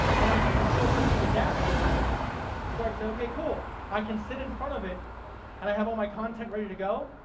and i use a social media dashboard where i can say, okay cool i can sit in front of it and i have all my content ready to go,